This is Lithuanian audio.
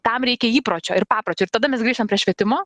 tam reikia įpročio ir papročio ir tada mes grįžtam prie švietimo